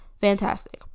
Fantastic